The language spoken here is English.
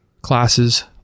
classes